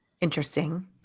interesting